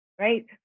Right